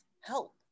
help